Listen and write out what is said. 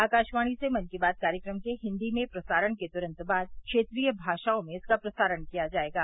आकाशवाणी से मन की बात कार्यक्रम के हिन्दी में प्रसारण के तुरन्त बाद क्षेत्रीय भाषाओं में इसका प्रसारण किया जायेगा